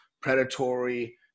predatory